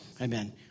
Amen